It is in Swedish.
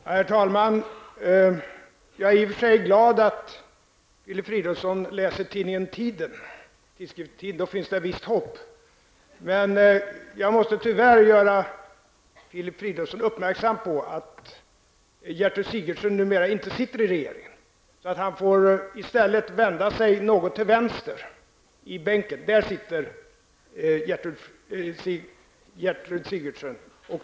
Herr talman! I och för sig är jag glad över att Filip Fridolfsson läser tidskriften Tiden. Det finns alltså ett visst hopp. Tyvärr måste jag göra Filip Fridolfsson uppmärksam på att Gertrud Sigurdsen numera inte sitter med i regeringen. I stället får Filip Fridolfsson vända sig något åt vänster i bänken här i kammaren. Där sitter ju Gertrud Sigurdsen.